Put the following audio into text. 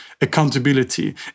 accountability